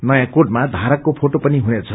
नयौँ कोडमा धारकको फोटो पनि हुनेछ